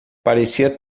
parecia